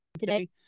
today